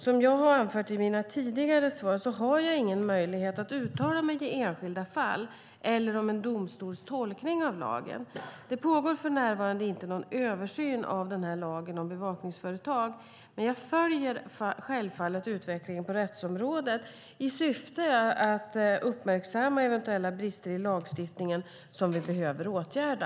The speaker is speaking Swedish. Som jag har anfört i mina tidigare svar har jag ingen möjlighet att uttala mig i enskilda fall eller om en domstols tolkning av lagen. Det pågår för närvarande inte någon översyn av lagen om bevakningsföretag. Jag följer självfallet utvecklingen på rättsområdet i syfte att uppmärksamma eventuella brister i lagstiftningen som vi behöver åtgärda.